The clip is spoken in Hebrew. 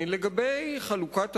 לגבי חלוקת עבודה,